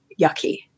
yucky